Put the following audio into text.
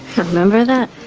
remember that?